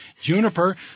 Juniper